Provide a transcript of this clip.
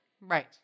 Right